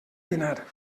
dinar